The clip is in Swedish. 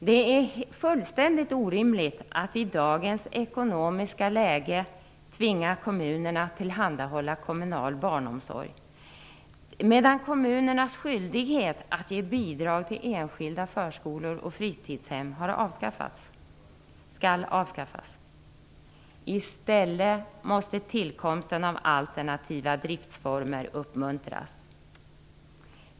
Det är fullständigt orimligt att i dagens ekonomiska läge tvinga kommunerna att tillhandahålla kommunal barnomsorg, medan kommunernas skyldighet att ge bidrag till enskilda förskolor och fritidshem skall avskaffas. I stället måste tillkomsten av alternativa driftsformer uppmuntras.